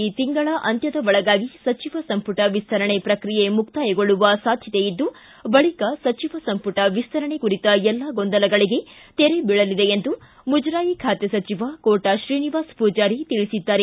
ಈ ತಿಂಗಳ ಅಂತ್ಯದ ಒಳಗಾಗಿ ಸಚಿವ ಸಂಪುಟ ವಿಸ್ತರಣೆ ಪ್ರಕ್ರಿಯೆ ಮುಕ್ತಾಯಗೊಳ್ಳುವ ಸಾಧ್ಯತೆ ಇದ್ದು ಬಳಿಕ ಸಚಿವ ಸಂಪುಟ ವಿಸ್ತರಣೆ ಕುರಿತ ಎಲ್ಲಾ ಗೊಂದಲಗಳಿಗೆ ತೆರೆ ಬೀಳಲಿದೆ ಎಂದು ಮುಜರಾಯಿ ಖಾತೆ ಸಚಿವ ಕೋಟಾ ಶ್ರೀನಿವಾಸ ಮೂಜಾರಿ ತಿಳಿಸಿದ್ದಾರೆ